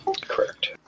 Correct